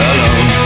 Alone